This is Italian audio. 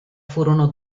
furono